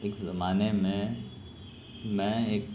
ایک زمانے میں ایک